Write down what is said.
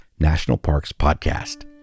nationalparkspodcast